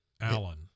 allen